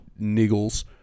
niggles